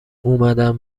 اومدن